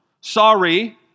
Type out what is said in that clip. sorry